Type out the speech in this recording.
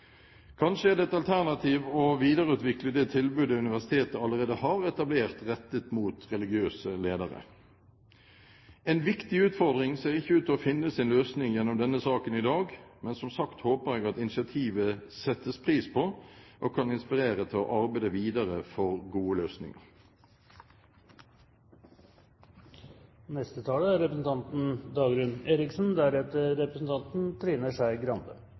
Kanskje er det et alternativ å videreutvikle det tilbudet universitetet allerede har etablert, rettet mot religiøse ledere. En viktig utfordring ser ikke ut til å finne sin løsning gjennom denne saken i dag, men som sagt håper jeg at initiativet settes pris på og kan inspirere til å arbeide videre for gode løsninger.